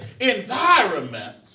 environment